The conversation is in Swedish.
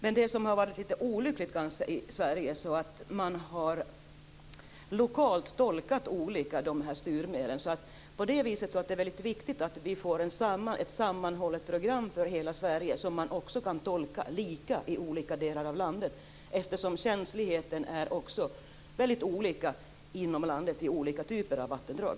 Det som kanske har varit litet olyckligt i Sverige är att man lokalt har tolkat styrmedlen olika. På det viset tror jag att det är väldigt viktigt att vi får ett sammanhållet program för hela Sverige, som man också kan tolka lika i olika delar av landet. Känsligheten är också mycket olika inom landet i olika typer av vattendrag.